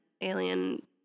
alien